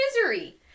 misery